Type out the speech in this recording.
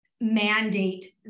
mandate